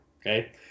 Okay